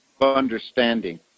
understanding